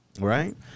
Right